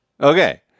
okay